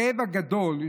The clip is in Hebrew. הכאב הגדול,